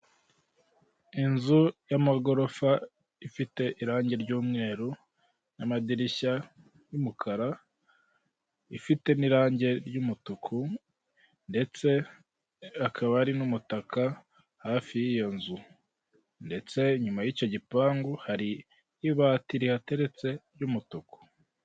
Inzu y'amagorofa ifite irange ry'umweru n'amadirishya, y'umukara ifite n'irange ry'umutuku, ndetse hakaba hari n'umutaka hafi y'iyo nzu, ndetse inyuma y'icyo gipangun hari ibati rihateretse ry'umutuku.